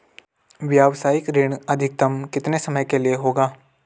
व्यावसायिक ऋण अधिकतम कितने समय के लिए होगा?